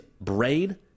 brain